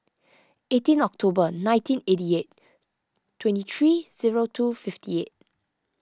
eighteen October nineteen eighty eight twenty three zero two fifty eight